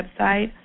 website